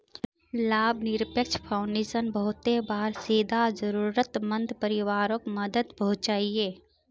लाभ निरपेक्ष फाउंडेशन बहुते बार सीधा ज़रुरत मंद परिवारोक मदद पहुन्चाहिये